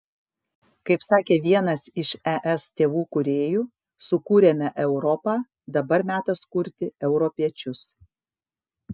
kaip sakė vienas iš es tėvų kūrėjų sukūrėme europą dabar metas kurti europiečius